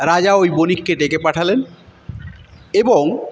রাজা ওই বণিককে ডেকে পাঠালেন এবং